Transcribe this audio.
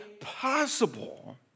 possible